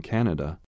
Canada